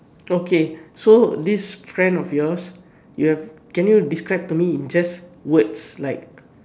okay so this trend of yours you have can you describe to me just in words like